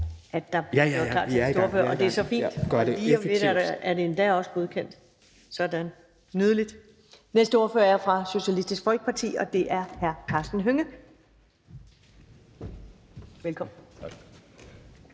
at gøre klar til den næste ordfører. Det er så fint, og lige om lidt er det endda også godkendt. Sådan, nydeligt. Næste ordfører er fra Socialistisk Folkeparti, og det er Karsten Hønge. Velkommen.